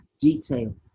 detail